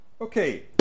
Okay